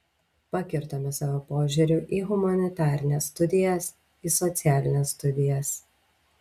pakirtome savo požiūriu į humanitarines studijas į socialines studijas